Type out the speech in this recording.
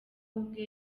ubwe